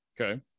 Okay